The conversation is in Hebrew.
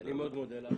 אני מאוד מודה לך.